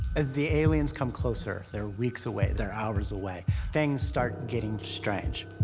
as the aliens come closer they're weeks away, they're hours away things start getting strange.